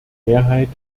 mehrheit